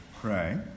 pray